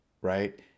right